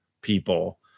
people